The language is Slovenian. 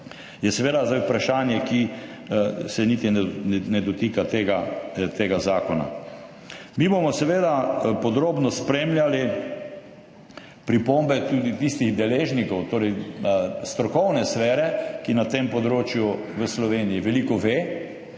je seveda zdaj vprašanje, ki se niti ne dotika tega zakona. Mi bomo seveda podrobno spremljali tudi pripombe tistih deležnikov strokovne sfere, ki na tem področju v Sloveniji veliko ve,